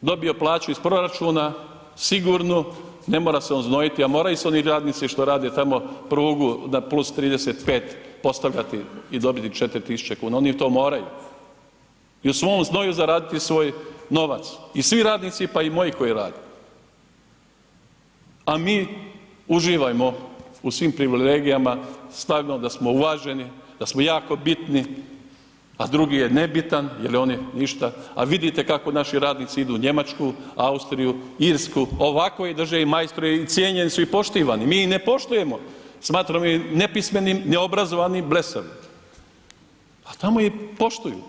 dobio plaću iz proračuna sigurnu, ne mora se uznojiti, a moraju se oni radnici što rade tamo prugu na +35 postavljati i dobiti 4.000,00 kn oni to moraju i u svom znoju zaraditi svoj novac i svi radnici, pa i moji koji rade, a mi uživajmo u svim privilegijama, … [[Govornik se ne razumije]] da smo uvaženi, da smo jako bitni, a drugi je nebitan jel on je ništa, a vidite kako naši radnici idu u Njemačku, Austriju, Irsku, ovakvo je i drže i majstore i cijenjeni su i poštivani, mi ih ne poštujemo, smatramo ih nepismenim, neobrazovanim i blesavim, a tamo ih poštuju.